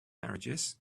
marriages